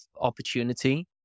opportunity